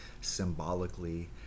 symbolically